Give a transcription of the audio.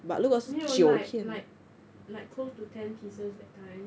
没有 like like like close to ten pieces that kind